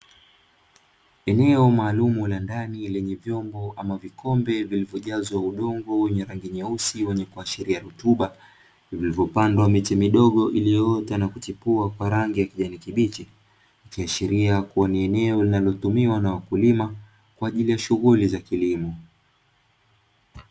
Eneo maalum la ndani lenye vyombo ama vikombe vilivyojazwa udongo wenye rangi nyeusi ikiashiria rutuba, zimepandwa na miche midogo iliyoota na kuchipua ya rangi ya kijani kibichi ikiashiria kuwa ni eneo linalotumiwa na wakulima kwaajili ya shughuli ya kilimo.